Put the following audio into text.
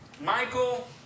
Michael